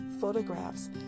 photographs